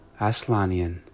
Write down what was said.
aslanian